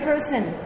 person